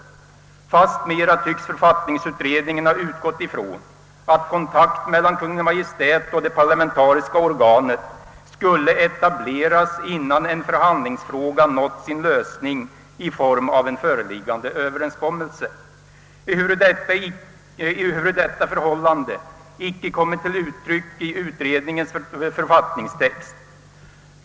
Fastmera tycks författningsutredningen ha utgått ifrån att kontakt mellan Kungl. Maj:t och det parlamentariska organet skulle etableras innan en förhandlings fråga nått sin lösning i form av en föreliggande överenskommelse, ehuru detta förhållande icke kommit till uttryck i utredningens författningstext.